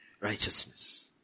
righteousness